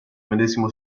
medesimo